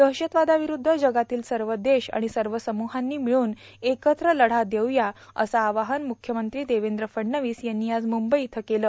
दहशतवार्दार्वावरुद्ध जगातील सव देश आर्गाण सव सम्हांनी मिळून एकत्र लढा देऊया असं आवाहन म्रख्यमंत्री देवद्र फडणवीस यांनी आज मुंबई इथं केलं